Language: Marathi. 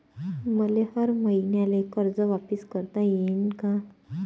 मले हर मईन्याले कर्ज वापिस करता येईन का?